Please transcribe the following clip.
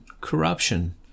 corruption